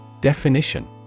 Definition